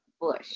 bush